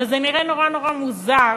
אבל זה נראה נורא נורא מוזר,